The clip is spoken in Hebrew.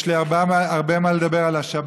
יש לי הרבה מה לדבר על השבת,